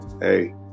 Hey